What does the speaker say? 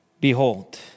Behold